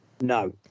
no